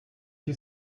you